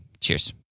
Cheers